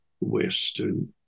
Western